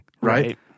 Right